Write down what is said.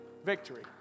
Victory